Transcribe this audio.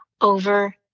over